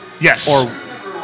Yes